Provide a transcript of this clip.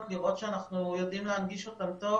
לראות שאנחנו יודעים להנגיש אותם טוב,